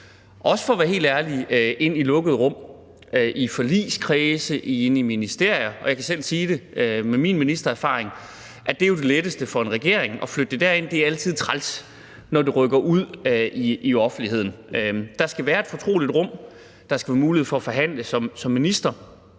Også for at være helt ærlig: ind i lukkede rum, i forligskredse, i ministerier. Jeg kan selv sige det med min ministererfaring, nemlig at det jo er det letteste for en regering at flytte det derind. Det er altid træls, når det rykker ud i offentligheden. Der skal være et fortroligt rum. Der skal være mulighed for at forhandle som minister,